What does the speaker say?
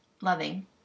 loving